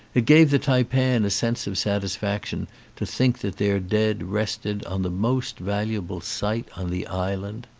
it gave the taipan a sense of satisfaction to think that their dead rested on the most valuable site on the island.